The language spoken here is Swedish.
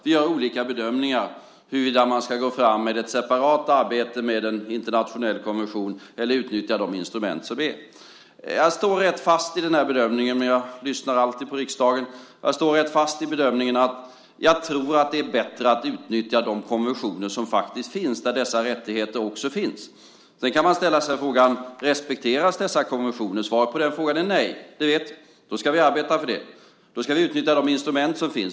Vi gör olika bedömningar av huruvida man ska gå fram med ett separat arbete med en internationell konvention eller utnyttja de instrument som finns. Jag står rätt fast i bedömningen - men lyssnar alltid på riksdagen - att det nog är bättre att utnyttja de konventioner som faktiskt finns där dessa rättigheter också finns. Sedan kan man ställa sig frågan: Respekteras dessa konventioner? Svaret på den frågan är nej. Det vet vi. Då ska vi arbeta för det. Då ska vi utnyttja de instrument som finns.